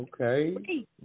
Okay